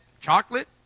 chocolate